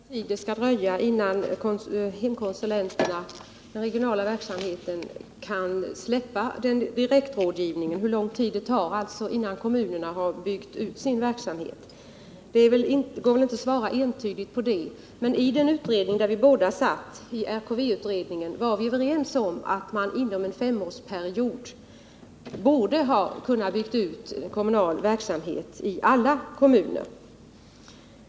Herr talman! Hans Pettersson frågade mig hur lång tid det skulle ta innan hemkonsulenterna i den regionala verksamheten kunde släppa direktrådgivningen, dvs. hur lång tid det skulle ta innan kommunerna har byggt ut sin verksamhet. Det går inte att svara entydigt på den frågan, men i RKV utredningen, där vi båda satt, var vi överens om att man inom en femårsperiod borde kunna bygga ut en kommunal verksamhet i alla kommuner.